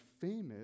famous